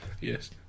Yes